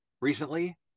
recently